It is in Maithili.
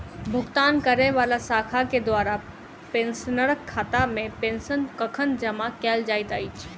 भुगतान करै वला शाखा केँ द्वारा पेंशनरक खातामे पेंशन कखन जमा कैल जाइत अछि